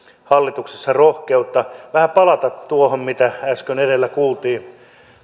hallituksessa rohkeutta vähän palata tuohon mitä äsken edellä kuultiin